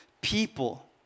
people